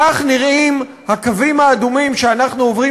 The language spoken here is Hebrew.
כך נראים הקווים האדומים שאנחנו עוברים